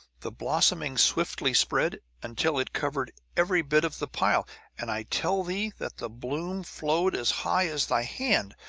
the blossoming swiftly spread until it covered every bit of the pile and i tell thee that the bloom flowed as high as thy hand!